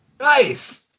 Nice